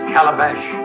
Calabash